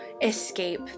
escape